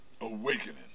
awakening